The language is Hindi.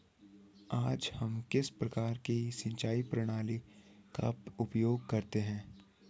आज हम किस प्रकार की सिंचाई प्रणाली का उपयोग करते हैं?